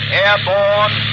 airborne